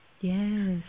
Yes